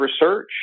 research